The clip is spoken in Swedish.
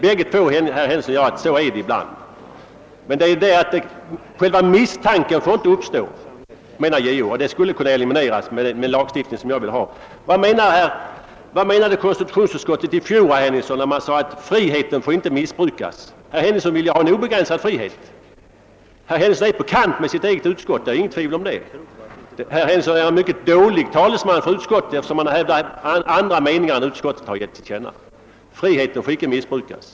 Både herr Henningsson och jag vet att så ibland är fallet. Men själva missanken får inte uppstå, menar JO. En sådan skulle kunna elimineras med hjälp av den lagstiftning som jag vill ha. Vad menade konstitutionsutskottet 1968 då det sade att friheten inte får missbrukas? Herr Henningsson vill ha en obegränsad frihet. Herr Henningsson är på kant med sitt eget utskott, det är inte något tvivel om den saken. Herr Henningsson är en dålig talesman för utskottet, eftersom han hävdar andra meningar än dem utskottet givit till känna. Friheten får inte missbrukas.